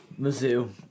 Mizzou